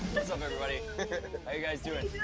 everybody? how you guys doing?